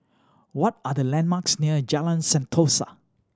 what are the landmarks near Jalan Sentosa